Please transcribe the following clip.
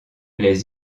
les